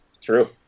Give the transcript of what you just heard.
true